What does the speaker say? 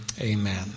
amen